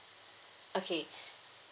okay